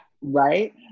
Right